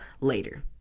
later